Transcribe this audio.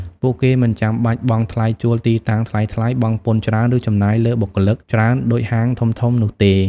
ពួកគេមិនចាំបាច់បង់ថ្លៃជួលទីតាំងថ្លៃៗ បង់ពន្ធច្រើន ឬចំណាយលើបុគ្គលិកច្រើនដូចហាងធំៗនោះទេ។